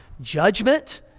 judgment